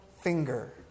finger